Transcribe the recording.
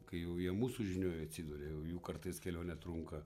kai jau jie mūsų žinioj atsiduria jau jų kartais kelionė trunka